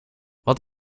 wat